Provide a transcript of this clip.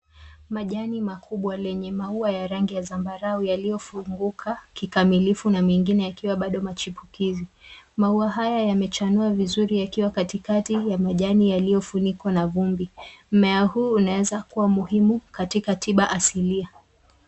Majani makubwa lenye maua ya rangi ya zambarau, yaliyofunguka kikamilifu na mengine yakiwa bado machipukizi. Maua haya yamechanua vizuri yakiwa katikati ya majani yaliyofunikwa na vumbi. Mmea huu unaeza kua muhimu katika tiba asilia.